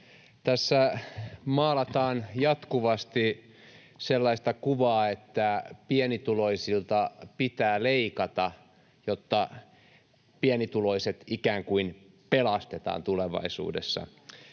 Tässä maalataan jatkuvasti sellaista kuvaa, että pienituloisilta pitää leikata, jotta pienituloiset ikään kuin pelastetaan tulevaisuudessa.